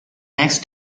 next